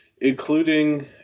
including